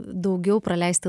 daugiau praleisti